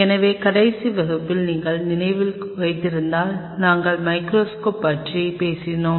எனவே கடைசி வகுப்பில் நீங்கள் நினைவில் வைத்திருந்தால் நாங்கள் மைகிரோஸ்கோப் பற்றி பேசினோம்